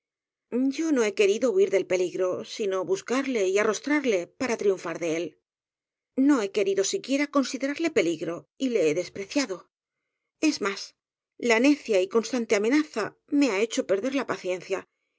yo no he querido huir del peligro sino buscarle y arros trarle para triunfar de él no he querido siquiera considerarle peligro y le he despreciado es más la necia y constante amenaza me ha hecho perder la paciencia